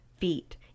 feet